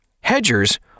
Hedgers